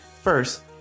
First